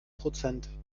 prozent